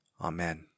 AMEN